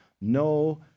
no